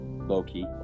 Loki